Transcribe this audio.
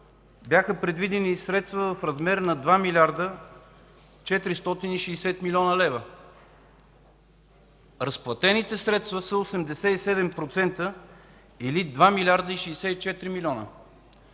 бяха предвидени средства в размер на 2 млрд. 460 млн. лв. Разплатените средства са 87% или 2 млрд. 64 млн.